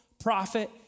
prophet